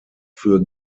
für